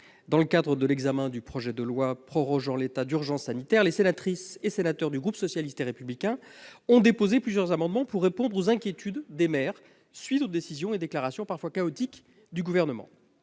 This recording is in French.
Dans le cadre de l'examen du projet de loi prorogeant l'état d'urgence sanitaire, les sénatrices et sénateurs du groupe socialiste et républicain ont déposé plusieurs amendements visant à répondre aux inquiétudes des maires à la suite des décisions et déclarations parfois chaotiques du Gouvernement.